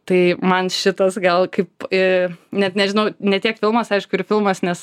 tai man šitas gal kaip i net nežinau ne tiek filmas aišku ir filmas nes